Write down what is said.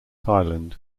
thailand